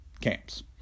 Camps